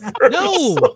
no